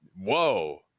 whoa